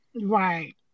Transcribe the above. right